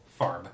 Farb